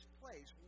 place